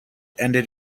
ended